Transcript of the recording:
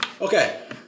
Okay